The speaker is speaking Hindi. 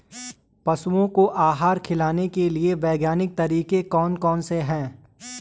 पशुओं को आहार खिलाने के लिए वैज्ञानिक तरीके कौन कौन से हैं?